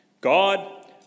God